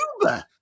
Uber